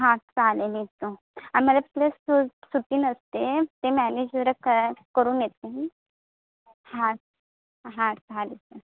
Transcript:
हां चालेल येतो आम्हाला प्लस सुटी नसते ते मॅनेज जरा क करून येते मी हां हां चालेल चालेल